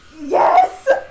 yes